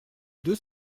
deux